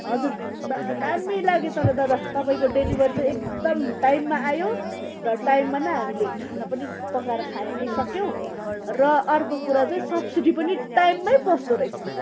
हजुर दा दामी लाग्यो तर दादा तपाईँको डेलिभर चाहिँ एकदम टाइममा आयो र टाइममा नै हामीले खाना पनि पकाएर खानु सक्यौँ र अर्को कुरा चाहिँ सब्सिडी पनि टाइममै पस्दो रहेछ